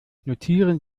notieren